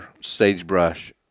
Sagebrush